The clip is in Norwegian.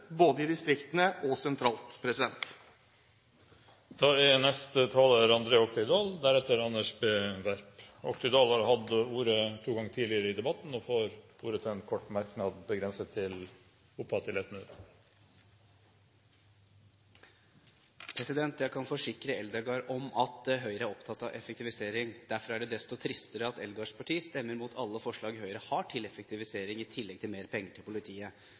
både i distriktene og sentralt. André Oktay Dahl har hatt ordet to ganger tidligere, og får ordet til en kort merknad, begrenset til 1 minutt. Jeg kan forsikre representanten Eldegard om at Høyre er opptatt av effektivisering. Derfor er det desto tristere at Eldegards parti stemmer imot alle forslag Høyre har til effektivisering, i tillegg til mer penger til politiet.